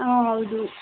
ಆಂ ಹೌದು